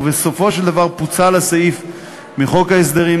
ובסופו של דבר פוצל הסעיף מחוק ההסדרים,